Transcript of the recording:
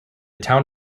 town